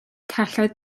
celloedd